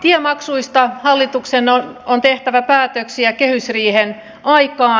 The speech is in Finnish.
tiemaksuista hallituksen on tehtävä päätöksiä kehysriihen aikaan